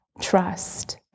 trust